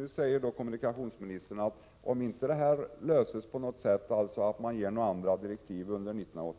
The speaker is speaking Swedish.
Nu säger kommunikationsministern att han förutsätter att det aktuella brevets innehåll kommer att gälla även för 1989, om inte frågan löses på något sätt — alltså genom att andra direktiv